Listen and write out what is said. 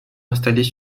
installés